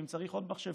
ואם צריך עוד מחשב,